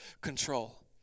control